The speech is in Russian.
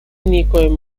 никоим